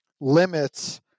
limits